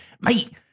Mate